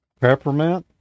Peppermint